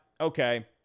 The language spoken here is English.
okay